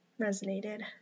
resonated